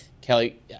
Kelly